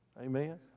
Amen